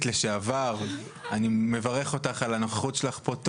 לשעבר אני מברך אותך על הנוכחות שלך פה,